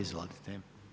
Izvolite.